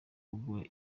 kugura